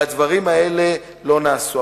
והדברים האלה לא נעשו.